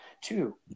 Two